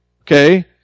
okay